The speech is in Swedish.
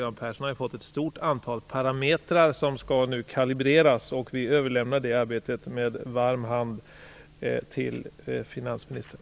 Göran Persson har också fått ett stort antal parametrar, som nu skall kalibreras, och vi överlämnar med varm hand det arbetet till finansministern.